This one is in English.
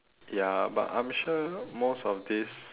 ya but I'm sure most of this